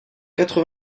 quatre